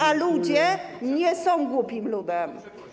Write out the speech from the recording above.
A ludzie nie są głupim ludem.